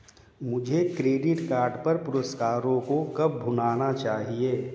मुझे credit card पर पुरस्कारों को कब भुनाना चाहिए?